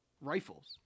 rifles